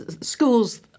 schools